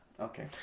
Okay